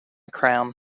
crown